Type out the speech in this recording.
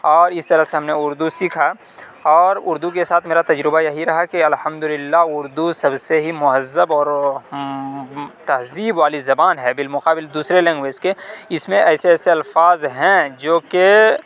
اور اس طرح سے ہم نے اردو سیکھا اور اردو کے ساتھ میرا تجربہ یہی رہا ہے کہ الحمد للہ اردو سب سے ہی مہذب اور تہذیب والی زبان ہے بالمقابل دوسرے لینگویج کے اس میں ایسے ایسے الفاظ ہیں جو کہ